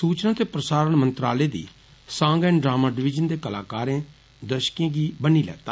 सूचना ते प्रसारण मंत्रालय दी सांग एंड ड्रामा डिवीज़न दे कलाकारें दर्षकें गी बन्नी लैता